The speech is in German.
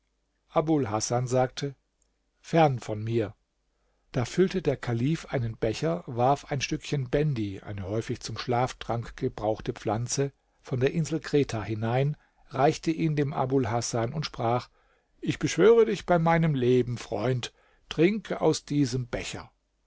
abul hasan sagte fern von mir da füllte der kalif einen becher warf ein stückchen bendi eine häufig zum schlaftrank gebrauchte pflanze von der insel kreta hinein reichte ihn dem abul hasan und sprach ich beschwöre dich bei meinem leben freund trinke aus diesem becher